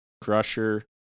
Crusher